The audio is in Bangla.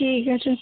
ঠিক আছে